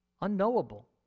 unknowable